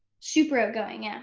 super outgoing, yeah.